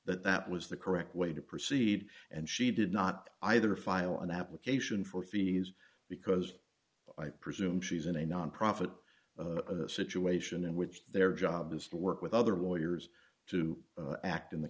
that that was the correct way to proceed and she did not either file an application for feeney's because i presume she's in a nonprofit situation in which their job is to work with other lawyers to act in the